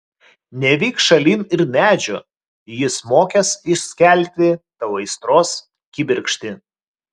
nevyk šalin ir medžio jis mokės įskelti tau aistros kibirkštį